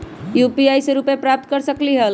UPI से रुपए प्राप्त कर सकलीहल?